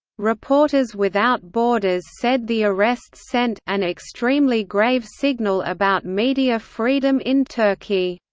reporters without borders said the arrests sent an extremely grave signal about media freedom in turkey.